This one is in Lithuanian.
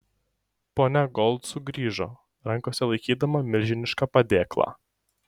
ponia gold sugrįžo rankose laikydama milžinišką padėklą